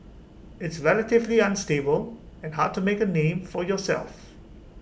it's relatively unstable and hard to make A name for yourself